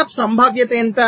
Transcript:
Pf సంభావ్యత ఎంత